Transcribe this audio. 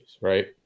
Right